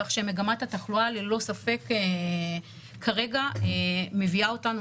כך שמגמת התחלואה ללא ספק כרגע מביאה אותנו